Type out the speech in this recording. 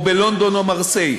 או בלונדון או במרסיי.